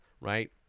right